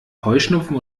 heuschnupfen